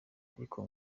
ariko